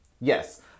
yes